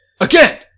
Again